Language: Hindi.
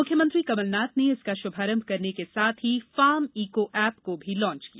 मुख्यमंत्री कमलनाथ ने इसका श्रभारंभ करने के साथ ही फार्म इको ऐप को भी लांच किया